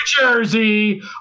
Jersey